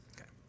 Okay